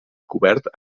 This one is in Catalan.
cobert